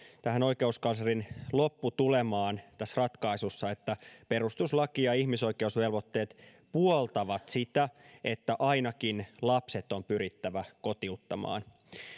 oikeuskanslerin lopputulemaan tässä ratkaisussa siihen että perustuslaki ja ihmisoikeusvelvoitteet puoltavat sitä että ainakin lapset on pyrittävä kotiuttamaan